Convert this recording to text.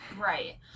Right